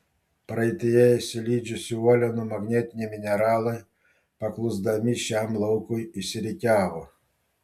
praeityje išsilydžiusių uolienų magnetiniai mineralai paklusdami šiam laukui išsirikiavo